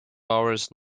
hours